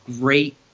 great